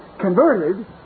converted